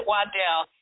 Waddell